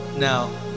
now